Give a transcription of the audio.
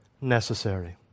necessary